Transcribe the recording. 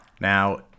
Now